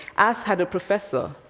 as had a professor,